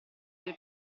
del